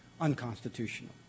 unconstitutional